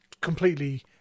completely